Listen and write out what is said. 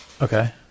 Okay